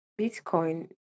Bitcoin